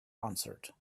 answered